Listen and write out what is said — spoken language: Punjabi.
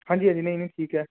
ਹਾਂਜੀ ਹਾਂਜੀ ਨਹੀਂ ਨਹੀਂ ਠੀਕ ਹੈ